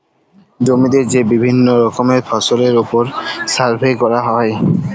জমিতে যে বিভিল্য রকমের ফসলের ওপর সার্ভে ক্যরা হ্যয়